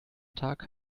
tag